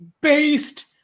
based